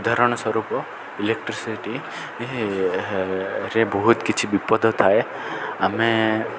ଉଦାହରଣ ସ୍ୱରୂପ ଇଲେକ୍ଟ୍ରିସିଟିରେ ବହୁତ କିଛି ବିପଦ ଥାଏ ଆମେ